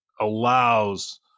allows